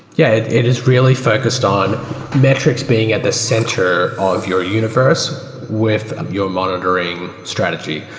yeah, it is really focused on metrics being at the center of your universe with ah your monitoring strategy.